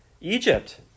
Egypt